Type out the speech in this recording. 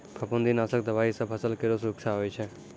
फफूंदी नाशक दवाई सँ फसल केरो सुरक्षा होय छै